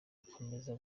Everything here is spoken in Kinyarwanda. gukomeza